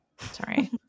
Sorry